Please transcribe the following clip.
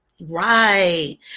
Right